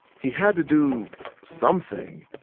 he had to do something,